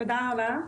תודה רבה.